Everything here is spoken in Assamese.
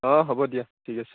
অঁ হ'ব দিয়া ঠিক আছে